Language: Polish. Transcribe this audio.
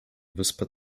wyspę